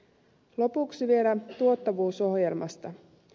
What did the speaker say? lopuksi vielä tuottavuusohjelmasta